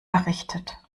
errichtet